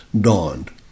dawned